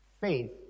Faith